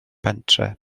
pentre